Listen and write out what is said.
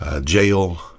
jail